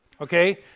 Okay